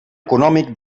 econòmic